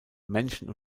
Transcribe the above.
männchen